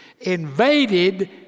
invaded